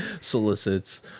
solicits